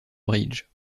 bridge